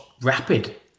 rapid